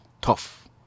tough